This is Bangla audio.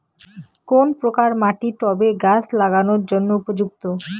কোন প্রকার মাটি টবে গাছ লাগানোর জন্য উপযুক্ত?